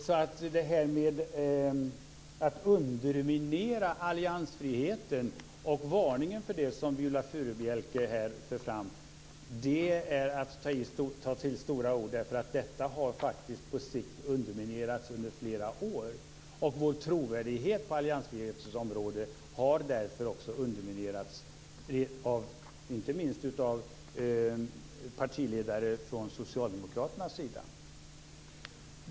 Varningen för att vi underminerar alliansfriheten, som Viola Furubjelke för fram, är att ta till stora ord. Den har faktiskt underminerats under flera år. Vår trovärdighet på alliansfrihetens område har därför också underminerats, inte minst av socialdemokraternas partiledare.